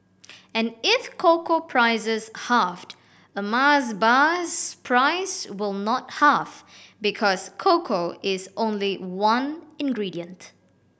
and if cocoa prices halved a Mars bar's price will not halve because cocoa is only one ingredient